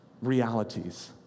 realities